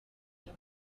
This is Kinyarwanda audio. iya